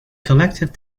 collective